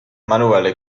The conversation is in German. manuelle